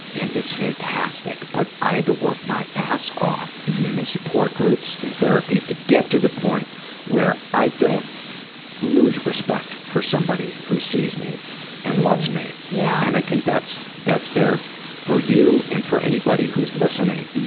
and it's fantastic! but i had to work my ass off in support groups, in therapy, to get to the point where i don't lose respect for somebody who sees me and loves me. yeah and i think that's, that's there for you and for anybody who's listening.